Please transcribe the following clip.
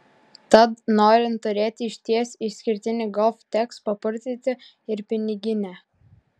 tad norint turėti išties išskirtinį golf teks papurtyti ir piniginę